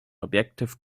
objective